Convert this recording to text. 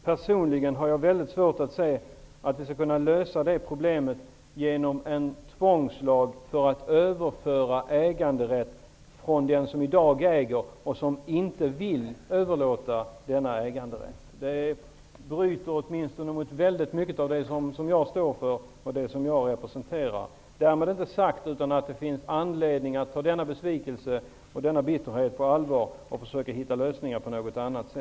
Personligen har jag dock mycket svårt att se att vi skulle kunna lösa problemet med en tvångslag för att överföra äganderätt från den som i dag äger och som inte vill överlåta sin äganderätt. Det strider åtminstone mot mycket av det som jag står för och representerar. Därmed inte sagt att det inte finns anledning att ta denna besvikelse och bitterhet på allvar och försöka hitta andra lösningar.